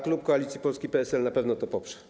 Klub Koalicja Polska i PSL na pewno to poprą.